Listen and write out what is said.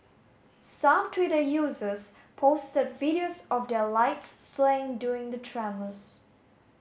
some Twitter users posted videos of their lights swaying during the tremors